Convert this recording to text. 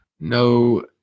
No